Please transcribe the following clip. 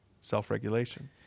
self-regulation